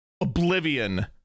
oblivion